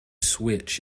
switch